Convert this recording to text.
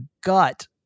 gut